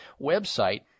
website